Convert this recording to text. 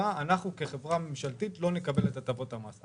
אנחנו כחברה ממשלתית לא נקבל את הטבות המס.